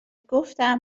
گفتم